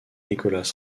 nicholas